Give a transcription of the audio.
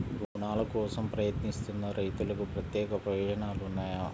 రుణాల కోసం ప్రయత్నిస్తున్న రైతులకు ప్రత్యేక ప్రయోజనాలు ఉన్నాయా?